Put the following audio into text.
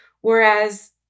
whereas